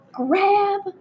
grab